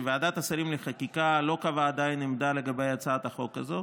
שוועדת השרים לחקיקה לא קבעה עדיין עמדה לגבי הצעת החוק הזו,